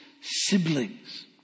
siblings